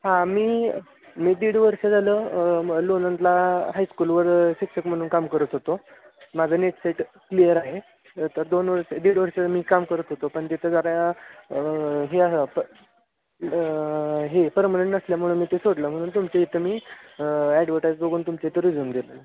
हां मी मी दीड वर्ष झालं मग लोणंदला हायस्कूलवर शिक्षक म्हणून काम करत होतो माझं नेट सेट क्लिअर आहे आता दोन वर्ष दीड वर्ष मी काम करत होतो पण तिथं जरा हे आहे प हे परमनंट नसल्यामुळं मी ते सोडलं म्हणून तुमच्या इथं मी ॲडवर्टाईज बघून तुमच्या इथं रिझ्यूम दिलं